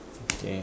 okay